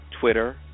Twitter